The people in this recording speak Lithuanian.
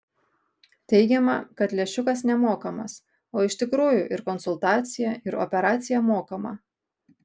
teigiama kad lęšiukas nemokamas o iš tikrųjų ir konsultacija ir operacija mokama